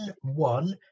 one